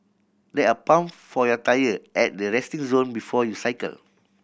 there are pump for your tyre at the resting zone before you cycle